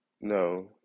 No